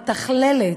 מתכללת,